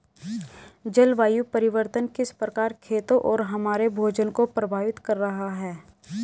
जलवायु परिवर्तन किस प्रकार खेतों और हमारे भोजन को प्रभावित कर रहा है?